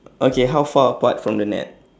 okay how far apart from the net